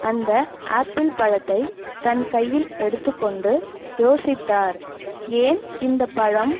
அந்த ஆப்பிள் பழத்தை தன் கையில் எடுத்துக்கொண்டு யோசித்தார் ஏன் இந்தப்பழம்